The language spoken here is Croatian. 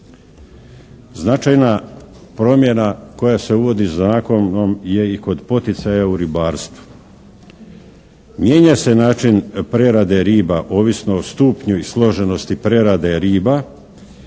Značajna promjena koja se uvodi zakonom je i kod poticaja u ribarstvu. Mijenja se način prerade riba ovisno o stupnju i složenosti prerade riba.